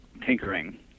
tinkering